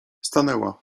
stanęła